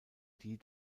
die